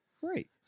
great